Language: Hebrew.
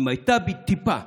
אם הייתה לי טיפת תקווה,